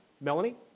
Melanie